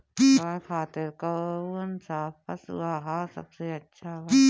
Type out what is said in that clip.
गाय खातिर कउन सा पशु आहार सबसे अच्छा बा?